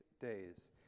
days